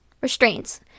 restraints